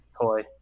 toy